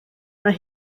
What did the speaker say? mae